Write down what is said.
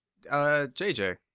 JJ